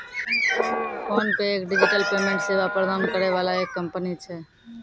PhonePe एक digital payment सेवा प्रदान करै वाला एक कंपनी छै